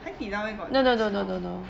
海底捞 where got